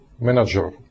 manager